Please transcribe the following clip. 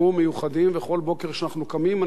ובכל בוקר כשאנחנו קמים אנחנו לא יודעים